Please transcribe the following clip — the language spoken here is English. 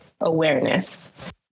awareness